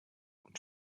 und